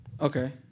Okay